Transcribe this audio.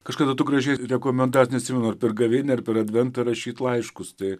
kažkada tu gražiai rekomendaciją neatsimenu ar per gavėnią ar per adventą rašyti laiškus tai